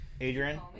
adrian